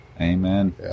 Amen